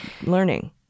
learning